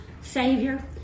Savior